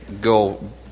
go